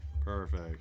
perfect